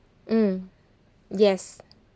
mm yes